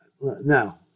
Now